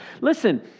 listen